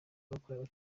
yakorewe